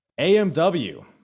AMW